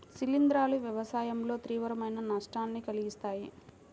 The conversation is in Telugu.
శిలీంధ్రాలు వ్యవసాయంలో తీవ్రమైన నష్టాన్ని కలిగిస్తాయి